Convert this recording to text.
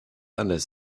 anders